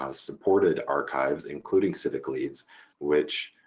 ah supported archives including civicleads which